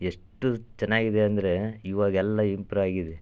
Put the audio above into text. ಎಷ್ಟು ಚೆನ್ನಾಗಿದೆ ಅಂದರೆ ಈವಾಗ ಎಲ್ಲ ಇಂಪ್ರೂ ಆಗಿದೆ